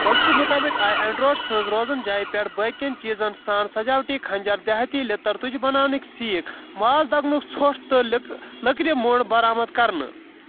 پُلسہٕ مُطٲبِق آیہِ انٛڈروڈ سٕنٛز روزن جایہِ پٮ۪ٹھ باقِین چیٖزن سان سَجٲوٹی خنٛجر، دِہاتی لیٚتٕر، تُجہِ بناونٕکۍ سیٖکھ ، ماز دَگنُک ژھوٚٹ تہٕ لٔکرِ موٚنٛڈ برآمد كرنہٕ